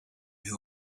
who